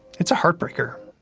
it's a heartbreaker.